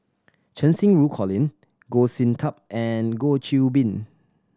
Cheng Xinru Colin Goh Sin Tub and Goh Qiu Bin